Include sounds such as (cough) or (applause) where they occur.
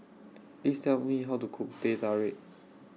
Please Tell Me How to Cook (noise) Teh Tarik